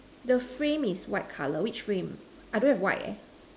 the frame is white color which frame I don't have white eh